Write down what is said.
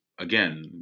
again